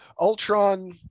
Ultron